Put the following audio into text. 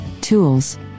tools